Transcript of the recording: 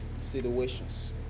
situations